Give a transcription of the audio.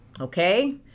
Okay